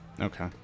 Okay